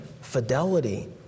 fidelity